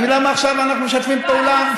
אתם מבינים למה עכשיו אנחנו משתפים פעולה,